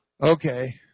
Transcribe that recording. Okay